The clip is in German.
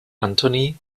anthony